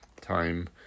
time